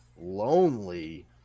lonely